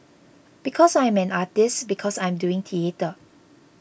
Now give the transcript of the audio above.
because I am an artist because I am doing theatre